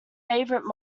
favourite